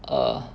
err